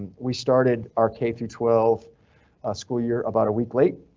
we started our k through twelve school year about a week late.